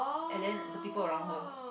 and then the people around her